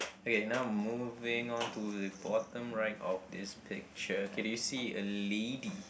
okay now moving on to the bottom right of this picture can you see a lady